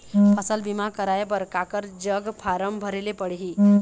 फसल बीमा कराए बर काकर जग फारम भरेले पड़ही?